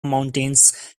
mountains